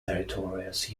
meritorious